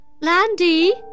Landy